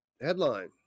headline